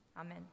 Amen